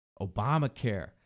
Obamacare